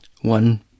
One